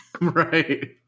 Right